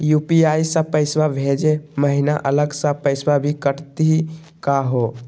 UPI स पैसवा भेजै महिना अलग स पैसवा भी कटतही का हो?